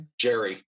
Jerry